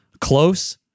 close